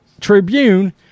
Tribune